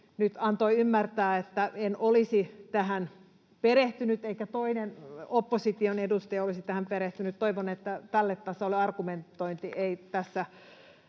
antoi ymmärtää, että en olisi tähän perehtynyt eikä toinen opposition edustaja olisi tähän perehtynyt. Toivon, että tälle tasolle ei argumentointi tässä